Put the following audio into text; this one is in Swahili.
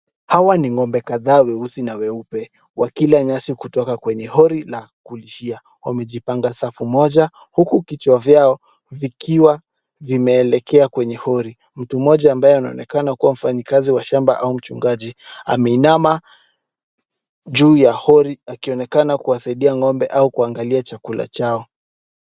Hawa ni ng'ombe kadhaa weusi na weupe, wakila nyasi kutoka kwenye hori na kulishia. Wamejipanga safu moja huku kichwa vyao vikiwa vimeelekea kwenye hori. Mtu mmoja ambaye anaonekana kuwa mfanyikazi wa shamba au mchungaji, ameinama juu ya hori akionekana kuwasaidia ng'ombe au kuangalia chakula chao.